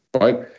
right